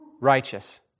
Righteous